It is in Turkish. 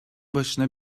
başına